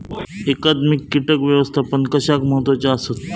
एकात्मिक कीटक व्यवस्थापन कशाक महत्वाचे आसत?